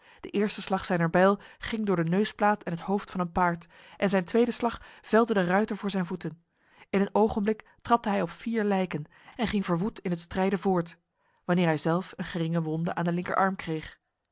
de eerste slag zijner bijl ging door de neusplaat en het hoofd van een paard en zijn tweede slag velde de ruiter voor zijn voeten in een ogenblik trapte hij op vier lijken en ging verwoed in het strijden voort wanneer hij zelf een geringe wonde aan de linkerarm kreeg